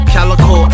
Calico